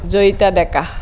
Joyita Deka